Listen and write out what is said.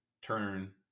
turn